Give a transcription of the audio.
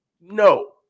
No